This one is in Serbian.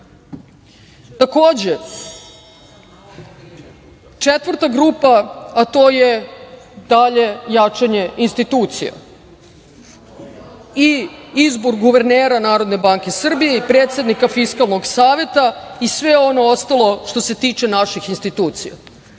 redu. Takođe, četvrta grupa, a to je dalje jačanje institucija i izbor guvernera Narodne banke Srbije, predsednika Fiskalnog saveta i sve ono ostalo što se tiče naših institucija. Eto,